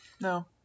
No